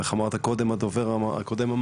איך אמר הדובר הקודם,